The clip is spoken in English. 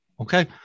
Okay